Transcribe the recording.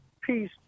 peace